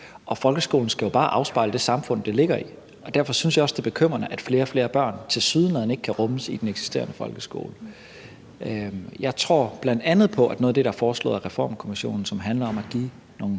og folkeskolen skal jo bare afspejle det samfund, den ligger i, og derfor synes jeg også, det er bekymrende, at flere og flere børn tilsyneladende ikke kan rummes i den eksisterende folkeskole. Jeg tror på, at noget af det, der er foreslået af Reformkommissionen, og som handler om at give nogle